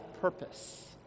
purpose